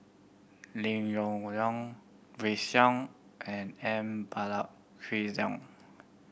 Lim Yong Liang Grace and M